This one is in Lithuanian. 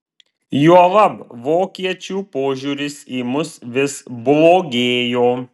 juolab vokiečių požiūris į mus vis blogėjo